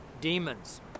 demons